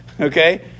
okay